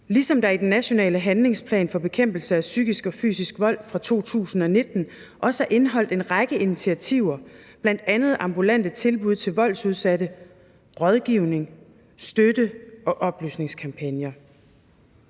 vold. Den nationale handlingsplan for bekæmpelse af psykisk og fysisk vold fra 2019 indeholdt også en række initiativer, bl.a. ambulante tilbud til voldsudsatte, rådgivning, støtte og oplysningskampagner.